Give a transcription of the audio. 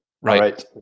right